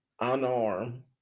unarmed